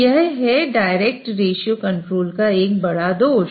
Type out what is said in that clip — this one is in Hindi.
यह है डायरेक्ट रेश्यो कंट्रोल का एक बड़ा दोष है